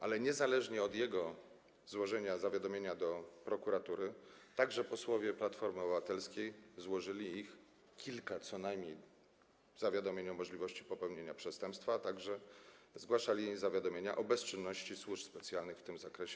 A niezależnie od złożenia przez niego zawiadomienia do prokuratury także posłowie Platformy Obywatelskiej złożyli kilka co najmniej zawiadomień o możliwości popełnienia przestępstwa, a także zgłaszali zawiadomienia o bezczynności służb specjalnych w tym zakresie.